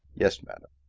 yes, madam.